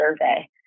survey